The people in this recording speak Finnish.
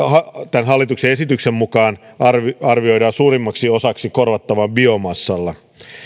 tämän hallituksen esityksen mukaan arvioidaan korvattavan suurimmaksi osaksi biomassalla